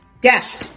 Dash